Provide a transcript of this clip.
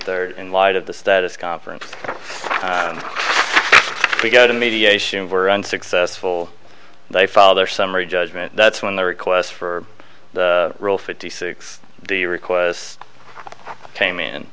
third in light of the status conference and we go to mediation were unsuccessful they follow their summary judgment that's when the requests for rule fifty six the requests came in